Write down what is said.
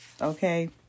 okay